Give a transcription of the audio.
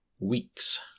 weeks